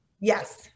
Yes